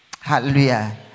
Hallelujah